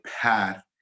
path